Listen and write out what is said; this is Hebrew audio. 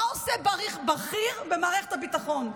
מה עושה בכיר במערכת הביטחון?